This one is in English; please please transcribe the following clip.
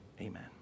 amen